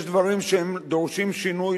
יש דברים שדורשים שינוי,